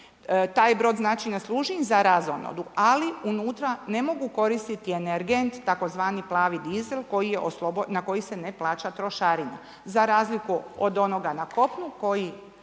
taj brod znači ne služi im za razonodu ali unutra ne mogu koristiti energent tzv. plavi dizel na koji se ne plaća trošarina za razliku od onoga na kopnu koji